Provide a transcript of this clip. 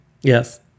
Yes